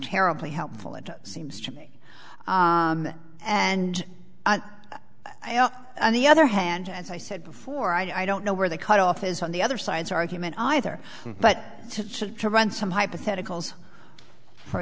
terribly helpful it seems to me and on the other hand as i said before i don't know where the cut off is on the other side's argument either but to run some hypotheticals for